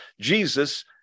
Jesus